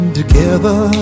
together